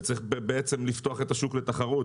וצריך לפתוח את השוק לתחרות.